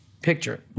picture